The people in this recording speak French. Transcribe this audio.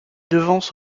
devance